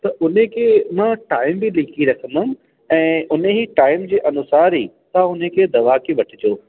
त हुनखे मां टाइम बि लिखी रखंदमि ऐं हुनजी टाइम जे अनुसार ई त हुनखे दवा खे वठिजो